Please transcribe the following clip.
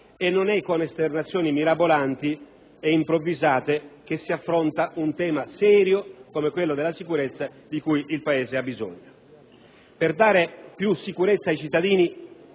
e non è con esternazioni mirabolanti e improvvisate che si affronta un tema serio come quello della sicurezza di cui il Paese ha bisogno. Per garantire più sicurezza ai cittadini